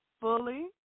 fully